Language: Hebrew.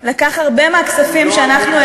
תקראי לזה